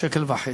שקל וחצי.